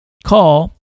call